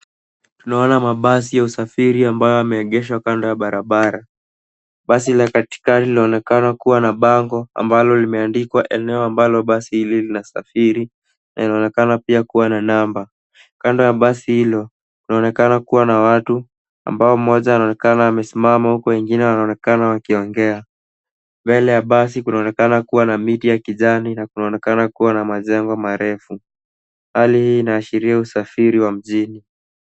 Tunaona mabasi ya usafiri ambayo yameegeshwa kando ya barabara. Basi la katikati linaonekana kuwa na bango ambalo limeandikwa eneo ambalo basi hilo linasafiri na inaonekana pia kuwa na namba. Kando ya basi hilo, kunaonekana kuwa na watu ambao mmoja anaonekana amesimama huku wengine wanaonekana wakiongea. Mbele ya basi kunaonekana kuwa na miti ya kijani na kunaonekana kuwa na majengo marefu. Hali hii inaashiria usafiri wa mjini.